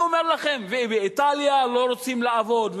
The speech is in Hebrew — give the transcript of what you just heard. ובאיטליה לא רוצים לעבוד,